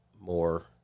more